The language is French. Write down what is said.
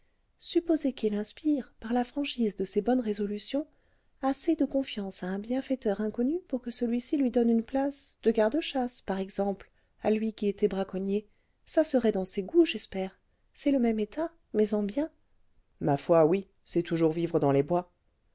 supposez qu'il inspire par la franchise de ses bonnes résolutions assez de confiance à un bienfaiteur inconnu pour que celui-ci lui donne une place de garde-chasse par exemple à lui qui était braconnier ça serait dans ses goûts j'espère c'est le même état mais en bien ma foi oui c'est toujours vivre dans les bois